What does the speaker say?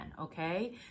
okay